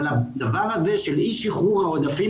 אבל הדבר הזה של אי-שחרור העודפים